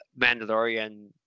Mandalorian